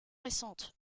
récente